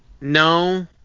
No